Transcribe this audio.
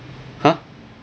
!huh!